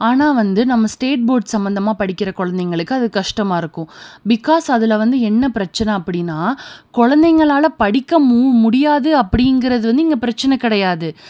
ஆனால் வந்து நம்ம ஸ்டேட் போர்ட்ஸ் சம்மந்தமாகப் படிக்கிற குழந்தைங்களுக்கு அது கஷ்டமாக இருக்கும் பிகாஸ் அதில் வந்து என்ன பிரச்சனை அப்படின்னா குழந்தைகளால படிக்க மு முடியாது அப்படிங்கிறது வந்து இங்கே பிரச்சனை கிடையாது